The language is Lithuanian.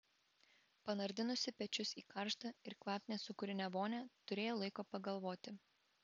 panardinusi pečius į karštą ir kvapnią sūkurinę vonią turėjo laiko pagalvoti